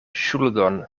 ŝuldon